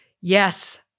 Yes